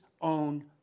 own